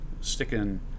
sticking